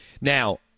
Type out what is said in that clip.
Now